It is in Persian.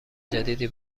جدیدی